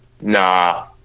Nah